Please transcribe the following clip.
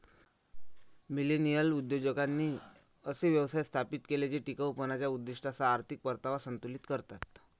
millennial उद्योजकांनी असे व्यवसाय स्थापित केले जे टिकाऊपणाच्या उद्दीष्टांसह आर्थिक परतावा संतुलित करतात